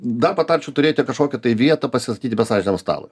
dar patarčiau turėti kažkokį tai vietą pasistatyti masažiniam stalui